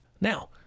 Now